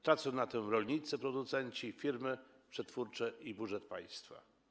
Tracą na tym rolnicy producenci, firmy przetwórcze i budżet państwa.